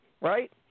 right